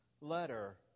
letter